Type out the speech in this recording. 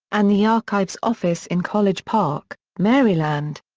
and the archives office in college park, maryland.